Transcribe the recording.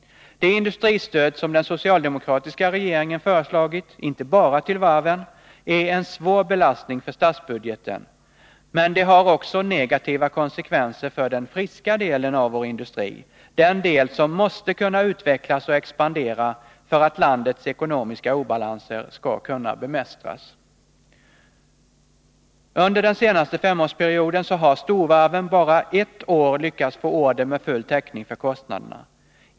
Det industristöd som den socialdemokratiska regeringen föreslagit, inte bara till varven, är en svår belastning för statsbudgeten. Det har också negativa konsekvenser för den ”friska” delen av vår industri, den del som måste kunna utvecklas och expandera för att landets ekonomiska obalanser skall kunna bemästras. Under den senaste femårsperioden har storvarven bara ett år lyckats få order med full täckning för kostnaderna.